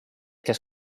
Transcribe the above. kes